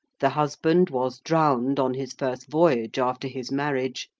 the husband was drowned on his first voyage after his marriage,